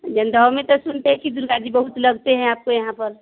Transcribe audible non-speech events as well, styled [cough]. [unintelligible] में तो सुनते हैं कि दुर्गा जी बहुत लगते हैं आपको यहाँ पर